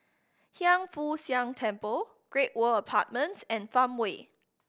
Hiang Foo Siang Temple Great World Apartments and Farmway